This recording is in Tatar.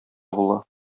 була